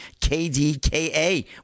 KDKA